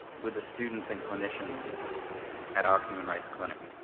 with the students and clinicians at our human rights clinic.